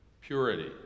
purity